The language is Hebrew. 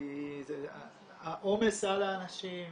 העומס על האנשים,